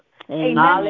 Amen